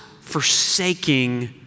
forsaking